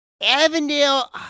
Avondale